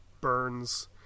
Burns –